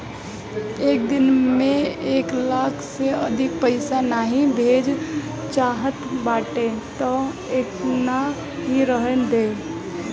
एक दिन में एक लाख से अधिका पईसा नाइ भेजे चाहत बाटअ तअ एतना ही रहे दअ